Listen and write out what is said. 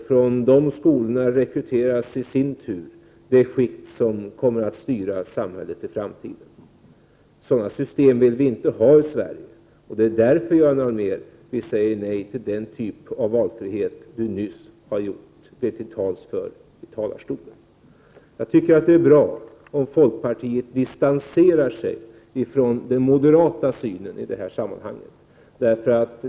Från de skolorna rekryteras i sin tur det skikt som kommer att styra samhället i framtiden. Sådana system vill vi inte ha i Sverige. Det är därför som vi säger nej till den typ av valfrihet som Göran Allmér nyss har uttalat sig för i talarstolen. Jag tycker att det är bra om folkpartiet distanserar sig från den moderata synen i det här sammanhanget.